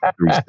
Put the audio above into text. Three